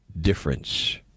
difference